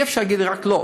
אי-אפשר להגיד לי רק לא,